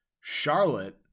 Charlotte